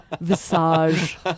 visage